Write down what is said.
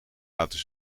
laten